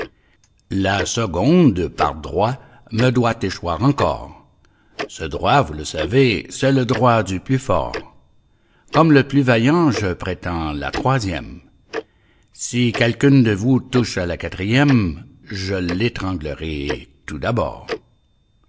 la seconde par droit me doit échoir encor ce droit vous le savez c'est le droit du plus fort comme le plus vaillant je prétends la troisième si quelqu'une de vous touche à la quatrième je l'étranglerai tout d'abord